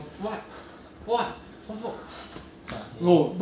karma bitch